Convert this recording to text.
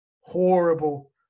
horrible